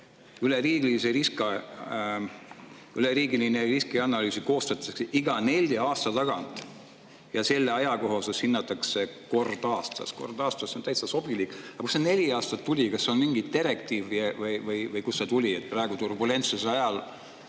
üleriigiline riskianalüüs koostatakse iga nelja aasta tagant ja selle ajakohasust hinnatakse kord aastas. Kord aastas on täitsa sobilik, aga kust see neli aastat tuli? Kas on mingi direktiiv või kust see tuli? Kas praegu, turbulentsel ajal